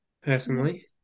personally